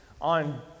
on